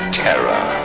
terror